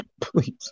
please